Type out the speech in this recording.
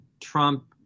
Trump